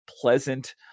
Pleasant